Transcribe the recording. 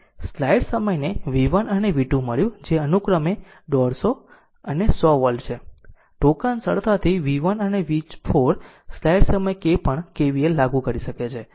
તેથી સ્લાઇડ સમયને v1 અને v2 મળ્યું જે અનુક્રમે 150 અને 100 વોલ્ટ છે ટોકન સરળતાથી v1 અને v4 સ્લાઇડ સમય K પણ KVL લાગુ કરી શકે છે